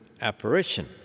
apparition